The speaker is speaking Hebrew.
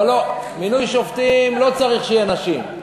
אבל לא, מינוי שופטים, לא צריך שיהיו נשים.